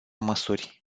măsuri